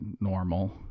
normal